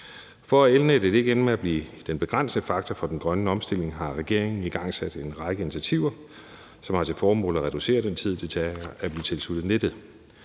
For at elnettet ikke ender med at blive den begrænsende faktor for den grønne omstilling, har regeringen igangsat en række initiativer, som har til formål at reducere den tid, det tager at blive tilsluttet nettet.